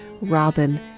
Robin